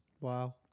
Wow